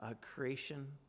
creation